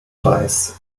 reis